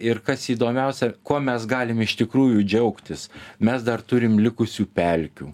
ir kas įdomiausia kuo mes galime iš tikrųjų džiaugtis mes dar turim likusių pelkių